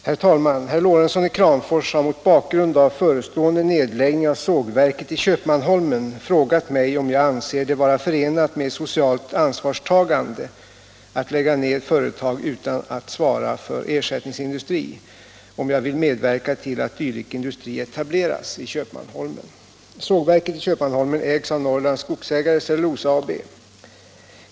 Herr talman! Herr Lorentzon i Kramfors har mot bakgrund av förestående nedläggning av sågverket i Köpmanholmen frågat mig om jag anser det vara förenligt med socialt ansvarstagande att lägga ned företag utan att svara för ersättningsindustri och om jag vill medverka till att dylik industri etableras i Köpmanholmen. Sågverket i Köpmanholmen ägs av Norrlands Skogsägares Cellulosa AB.